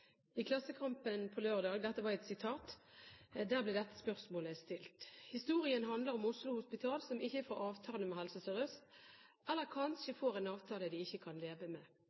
I Klassekampen på lørdag ble dette spørsmålet stilt. Historien handler om Oslo Hospital som ikke får avtale med Helse Sør-Øst, eller kanskje får en avtale de ikke kan leve med.